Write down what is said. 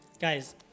Guys